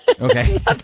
Okay